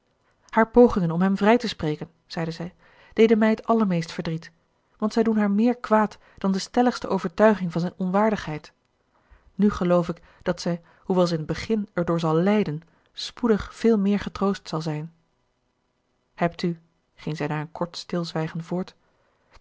haar pogingen om hem vrij te spreken zeide zij deden mij het allermeest verdriet want zij doen haar meer kwaad dan de stelligste overtuiging van zijn onwaardigheid nu geloof ik dat zij hoewel ze in het begin erdoor zal lijden spoedig veel meer getroost zal zijn hebt u ging zij na een kort stilzwijgen voort